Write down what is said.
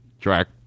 Track